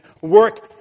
work